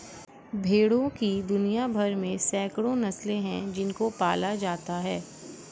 भेड़ों की दुनिया भर में सैकड़ों नस्लें हैं जिनको पाला जाता है